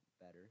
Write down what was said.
better